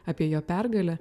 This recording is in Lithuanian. apie jo pergalę